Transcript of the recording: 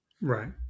Right